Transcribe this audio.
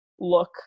look